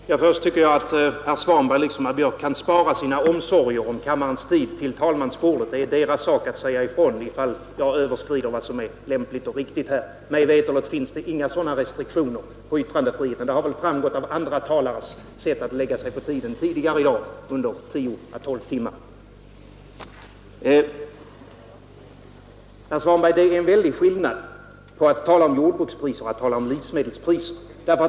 Herr talman! Först tycker jag att herr Svanberg liksom herr Björk i Göteborg skall spara sina omsorger om kammarens tid. Det är talmansbordets sak att säga ifrån, ifall jag överskrider vad som är lämpligt och riktigt. Mig veterligt finns inga sådana restriktioner för yttrandefriheten. Det har framgått av andra talares sätt att ta i anspråk tiden i dag under 10 å 12 timmar. Det är en väldig skillnad, herr Svanberg, mellan att tala om jordbrukspriser och att tala om livsmedelspriser.